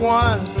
one